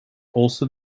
also